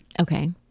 Okay